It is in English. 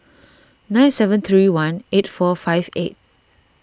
nine seven three one eight four five eight